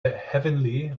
heavenly